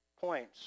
points